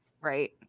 Right